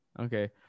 Okay